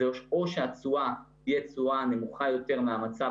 זה או שהתשואה תהיה תשואה נמוכה יותר מהמצב